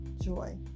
joy